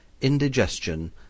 indigestion